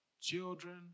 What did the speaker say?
children